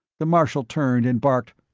the marshal turned and barked,